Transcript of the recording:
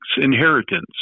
Inheritance